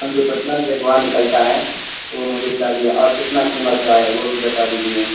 جو پٹنہ کی اخبار نکلتا ہے وہ مجھے چاہیے اور کتنا قیمت کا ہے وہ بھی بتا دیجیے